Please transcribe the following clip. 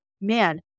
Man